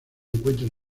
encuentran